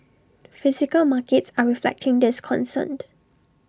physical markets are reflecting this concerned